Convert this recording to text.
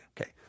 Okay